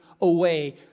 away